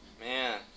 Man